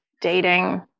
dating